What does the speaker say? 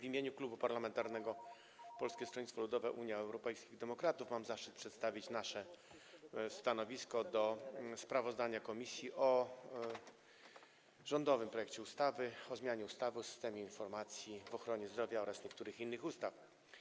W imieniu Klubu Parlamentarnego Polskiego Stronnictwa Ludowego - Unii Europejskich Demokratów mam zaszczyt przedstawić nasze stanowisko dotyczące sprawozdania komisji o rządowym projekcie ustawy o zmianie ustawy o systemie informacji w ochronie zdrowia oraz niektórych innych ustaw.